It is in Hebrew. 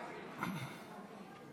שלילת תמיכה),